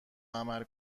عمل